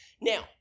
Now